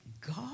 God